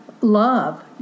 love